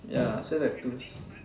ya so like to